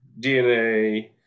DNA